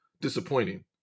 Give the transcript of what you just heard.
disappointing